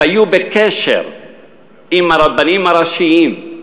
שעמדו בקשר עם הרבנים ראשיים,